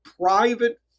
private